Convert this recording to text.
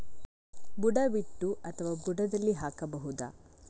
ಬುಡ ಬಿಟ್ಟು ಅಥವಾ ಬುಡದಲ್ಲಿ ಹಾಕಬಹುದಾ?